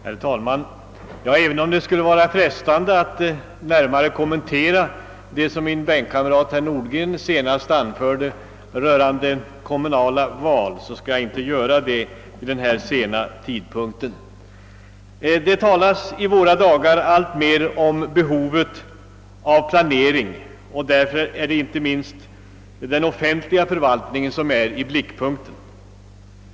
Herr talman! Även om det skulle vara frestande att närmare kommentera det min bänkkamrat herr Nordgren senast anfört rörande kommunala val skall jag inte göra det vid denna sena tidpunkt. Det talas i våra dagar alltmer om behovet av planering. Därvid är inte minst den offentliga förvaltningen i blickpunkten.